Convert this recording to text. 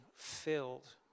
Filled